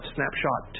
Snapshot